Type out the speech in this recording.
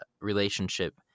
relationship